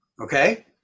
Okay